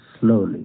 slowly